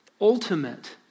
ultimate